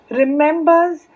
remembers